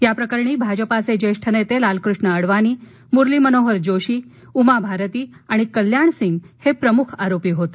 या प्रकरणी भाजपाचे ज्येष्ठ नेते लालकृष्ण अडवाणी मुरली मनोहर जोशी उमा भारती आणि कल्याण सिंग हे प्रमुख आरोपी होते